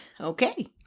Okay